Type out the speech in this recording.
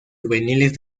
juveniles